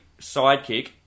Sidekick